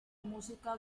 música